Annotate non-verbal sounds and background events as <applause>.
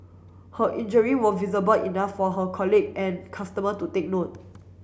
her injury were visible enough for her colleague and customer to take <unintelligible>